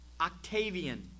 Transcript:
Octavian